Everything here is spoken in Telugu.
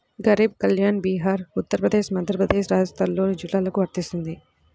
గరీబ్ కళ్యాణ్ బీహార్, ఉత్తరప్రదేశ్, మధ్యప్రదేశ్, రాజస్థాన్లోని జిల్లాలకు వర్తిస్తుంది